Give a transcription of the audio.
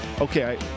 Okay